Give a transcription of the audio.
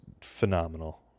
phenomenal